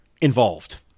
involved